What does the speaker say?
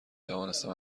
توانستم